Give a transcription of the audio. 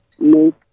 make